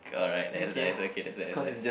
alright that is nice okay that's nice nice